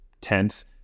tense